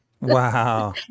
Wow